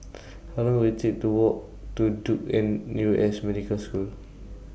How Long Will IT Take to Walk to Duke N U S Medical School